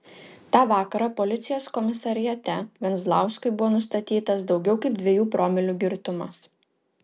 tą vakarą policijos komisariate venzlauskui buvo nustatytas daugiau kaip dviejų promilių girtumas